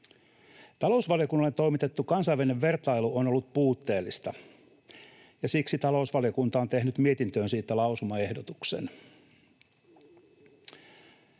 Talousvaliokunnalle toimitettu kansainvälinen vertailu on ollut puutteellista, ja siksi talousvaliokunta on tehnyt mietintöön siitä lausumaehdotuksen.